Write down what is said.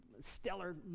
stellar